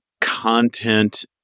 content